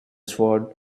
sword